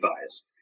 bias